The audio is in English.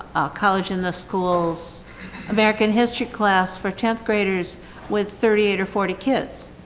college in the school's american history class for tenth graders with thirty eight or forty kids